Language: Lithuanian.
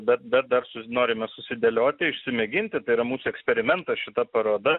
bet bet dar sus norime susidėlioti išsimėginti tai yra mūsų eksperimentas šita paroda